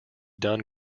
done